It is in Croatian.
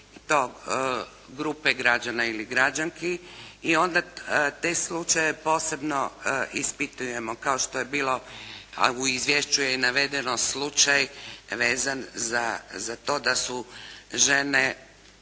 to grupe građana ili građanski i onda te slučajeve posebno ispitujemo kao što je bilo a u izvješću je navedeno slučaj vezan za to da su žene